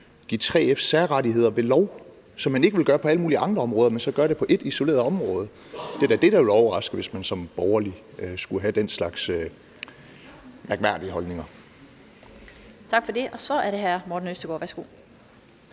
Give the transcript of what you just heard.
give 3F særrettigheder ved lov, som man ikke ville gøre på alle mulige andre områder, men så gøre det på et isoleret område. Det er det, der ville overraske, hvis man som borgerlig skulle have den slags mærkværdige holdninger. Kl. 16:20 Den fg. formand (Annette Lind):